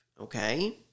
okay